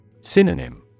Synonym